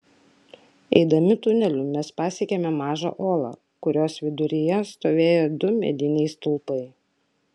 eidami tuneliu mes pasiekėme mažą olą kurios viduryje stovėjo du mediniai stulpai